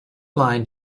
line